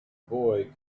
boy